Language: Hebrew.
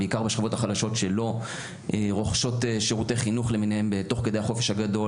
בעיקר בשכבות החלשות שלא רוכשות שירותי חינוך תוך כדי החופש הגדול,